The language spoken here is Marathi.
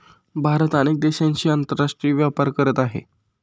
भारत अनेक देशांशी आंतरराष्ट्रीय व्यापार करत आहे